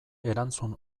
erantzun